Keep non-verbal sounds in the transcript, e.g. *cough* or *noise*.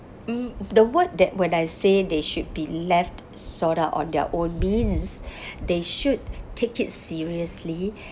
mm the word that when I say they should be left to sort out on their own means *breath* they should take it seriously